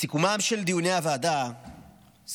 בסיכומם של דיוני הוועדה סורטט